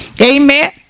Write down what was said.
Amen